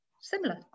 similar